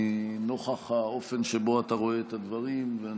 נוכח האופן שבו אתה רואה את הדברים.